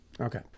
Okay